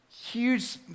huge